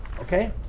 Okay